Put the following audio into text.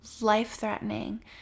life-threatening